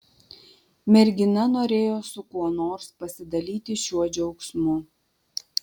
mergina norėjo su kuo nors pasidalyti šiuo džiaugsmu